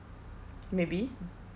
maybe